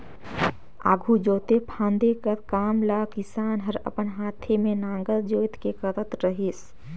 आघु जोते फादे कर काम ल किसान हर अपन हाथे मे नांगर जोएत के करत रहिस